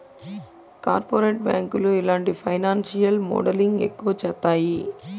corporate బ్యాంకులు ఇలాంటి financial modelling ఎక్కువ చేత్తాయి